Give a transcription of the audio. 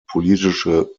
politische